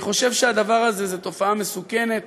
אני חושב שהדבר הזה הוא תופעה מסוכנת,